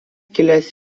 kilęs